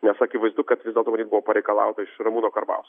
nes akivaizdu kad vis dėlto matyt buvo pareikalauta iš ramūno karbauskio